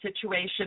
situation